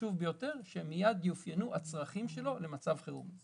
חשוב ביותר שמיד יאופיינו הצרכים שלו למצב חירום.